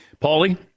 Paulie